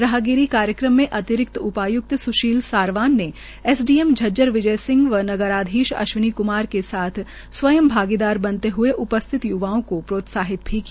राहगिरी कार्यक्रम में अतिरिक्त उपाय्क्त स्शील सारवान ने S D M Jhajjar Vijay Singh व नगराधीश अश्विनी कुमार के साथ स्वयं भागीदारी बनते हुए उपस्थित य्वाओं को प्रोत्साहित किया